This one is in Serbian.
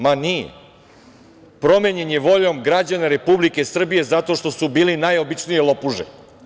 Ma nije, promenjen je voljom građana Republike Srbije zato što su bili najobičnije lopuže.